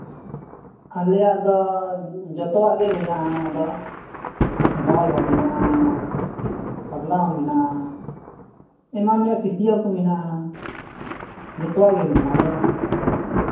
ᱟᱞᱮᱭᱟᱜ ᱫᱚ ᱡᱚᱛᱚᱣᱟᱜ ᱜᱮ ᱢᱮᱱᱟᱜᱼᱟ ᱟᱫᱚ ᱰᱷᱚᱞ ᱦᱚᱸ ᱢᱮᱱᱟᱜᱼᱟ ᱛᱚᱵᱽᱞᱟ ᱦᱚᱸ ᱢᱮᱱᱟᱜᱼᱟ ᱮᱢᱟᱱ ᱛᱮᱭᱟᱜ ᱠᱮᱥᱤᱭᱳ ᱠᱚ ᱢᱮᱱᱟᱜᱼᱟ ᱡᱚᱛᱚᱣᱟᱜ ᱜᱮ ᱢᱮᱱᱟᱜᱼᱟ ᱟᱫᱚ